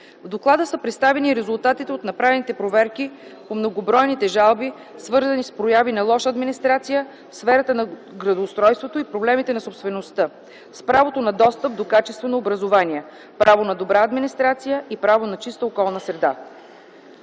В доклада са представени и резултатите от направените проверки по многобройните жалби, свързани с прояви на лоша администрация в сферата на градоустройството и проблемите на собствеността; с правото на достъп до качествено образование; правото на добра администрация и правото на чиста околна среда.